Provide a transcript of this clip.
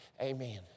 Amen